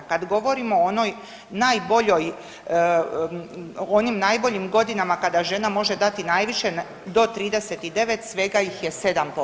Kad govorimo o onoj najboljoj, onim najboljim godinama kada žena može dati najviše do 39, svega ih je 7%